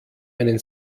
einen